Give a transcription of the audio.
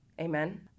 Amen